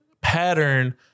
pattern